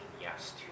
yes